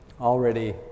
already